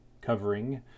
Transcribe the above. covering